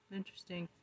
interesting